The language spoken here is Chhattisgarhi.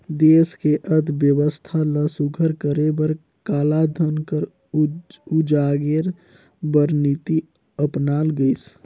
देस के अर्थबेवस्था ल सुग्घर करे बर कालाधन कर उजागेर बर नीति अपनाल गइस